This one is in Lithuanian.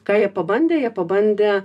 ką jie pabandė jie pabandė